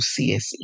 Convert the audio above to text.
CSE